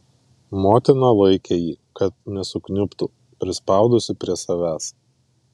motina laikė jį kad nesukniubtų prispaudusi prie savęs